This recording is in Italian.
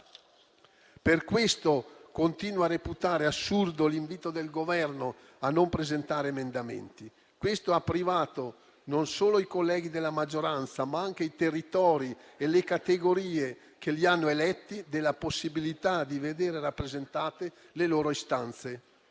Per questo continuo a reputare assurdo l'invito del Governo a non presentare emendamenti: questo ha privato non solo i colleghi della maggioranza, ma anche i territori e le categorie che li hanno eletti della possibilità di vedere rappresentate le loro istanze.